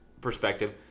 perspective